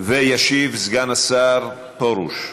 וישיב סגן השר פרוש.